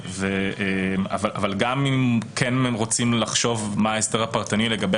אבל אם כן רוצים לחשוב מה ההסדר הפרטני לגבי